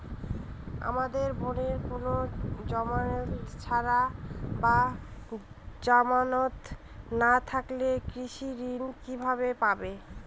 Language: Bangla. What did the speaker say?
আমার বোনের কোন জামানত ছাড়া বা জামানত না থাকলে কৃষি ঋণ কিভাবে পাবে?